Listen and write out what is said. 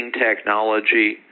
technology